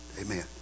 Amen